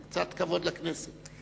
קצת כבוד לכנסת.